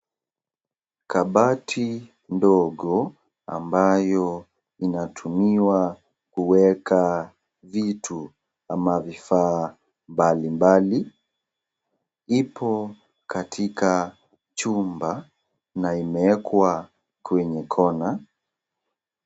Kabati ndogo ambayo inatumiwa kuweka vitu ama vifaa mbalimbali, ipo katika chumba na imeekwa kwenye kona.